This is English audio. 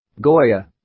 Goya